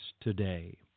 today